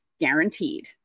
guaranteed